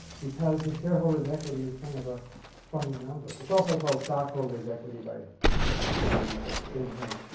because the shareholders' equity is kind of a funny number. it's also called stockholders' equity by some people, same thing.